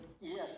Yes